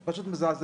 זה פשוט מזעזע.